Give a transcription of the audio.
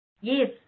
Yes